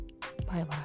bye-bye